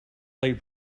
played